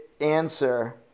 answer